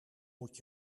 moet